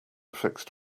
fixed